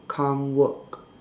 come work